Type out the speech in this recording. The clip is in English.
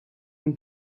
and